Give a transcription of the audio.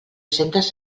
centes